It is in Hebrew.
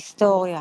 היסטוריה